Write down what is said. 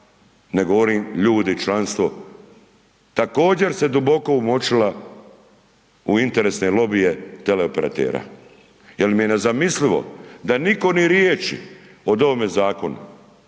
ne govorim ljudi, članstvo, također se duboko umočila u interesne lobije teleoperatera jer mi je nezamislivo da nitko ni riječi o ovome zakonu